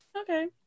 okay